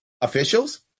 officials